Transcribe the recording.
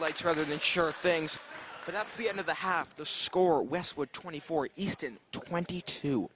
highlights rather than sure things but that's the end of the half the score wes what twenty four east and twenty two